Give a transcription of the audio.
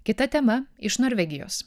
kita tema iš norvegijos